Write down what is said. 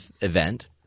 event